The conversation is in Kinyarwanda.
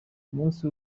munsi